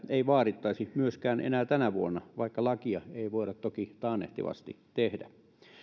ei vaadittaisi myöskään enää tänä vuonna vaikka lakia ei voida toki taannehtivasti tehdä